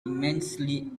immensely